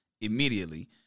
immediately